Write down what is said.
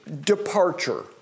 departure